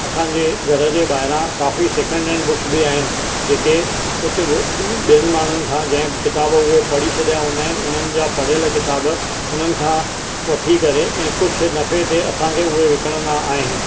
असांजे घर जे ॿाहिरां काफ़ी सैकंड हैंड बुक्स बि आहिनि जेके उते ॿियनि माण्हुनि खां जंहिं किताबु उहे पढ़ी छॾियां हूंदा आहिनि उन्हनि जा पढ़ियलु किताबु उन्हनि खां वठी करे ऐं कुझु नफ़े ते असांखे उहे विकणंदा आहिनि